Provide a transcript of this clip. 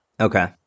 Okay